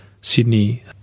Sydney